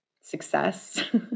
success